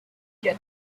get